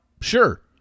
Sure